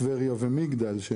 טבריה ומגדל.